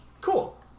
Cool